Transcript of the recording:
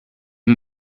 amb